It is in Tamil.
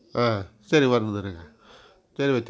ஆ சரி வந்திருங்க சரி ஓகே